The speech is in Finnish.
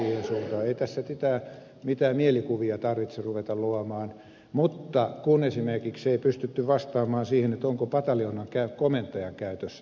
ei tässä mitään mielikuvia tarvitse ruveta luomaan mutta esimerkiksi ei pystytty vastaamaan siihen onko pataljoonan komentajan käytössä yhtäkään helikopteria